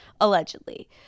allegedly